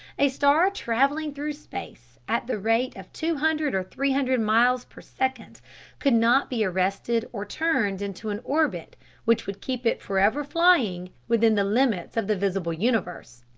a star traveling through space at the rate of two hundred or three hundred miles per second could not be arrested or turned into an orbit which would keep it forever flying within the limits of the visible universe.